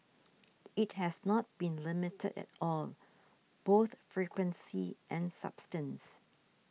it has not been limited at all both frequency and substance